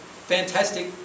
fantastic